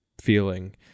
feeling